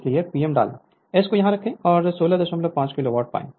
इसलिए P m डालें S को यहां रखें और 165 किलो वाट पाएं